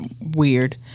weird